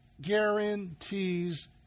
guarantees